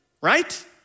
right